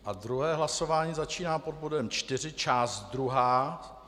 A druhé hlasování začíná pod bodem 4 část druhá.